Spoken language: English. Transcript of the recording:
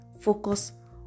focus